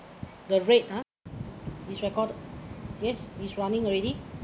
the red ah which record yes is running already